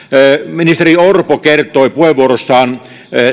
ministeri orpo kertoi puheenvuorossaan